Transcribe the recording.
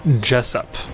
Jessup